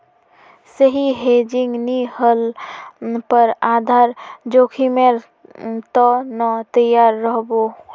सही हेजिंग नी ह ल पर आधार जोखीमेर त न तैयार रह बो